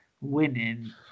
winning